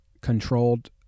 controlled